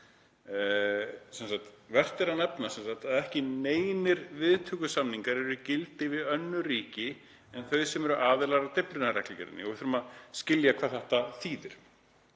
Vert er að nefna að ekki eru neinir viðtökusamningar í gildi við önnur ríki en þau sem eru aðilar að Dyflinnarreglugerðinni. Og við þurfum að skilja hvað þetta þýðir.